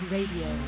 Radio